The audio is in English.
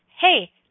hey